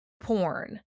porn